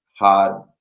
hard